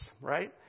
Right